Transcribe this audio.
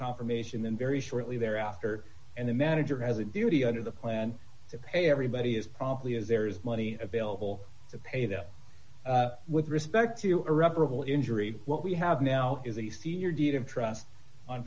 confirmation then very shortly thereafter and the manager has a duty under the plan to pay everybody is probably as there is money available to pay them with respect to irreparable injury what we have now is a senior deed of trust on